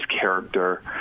character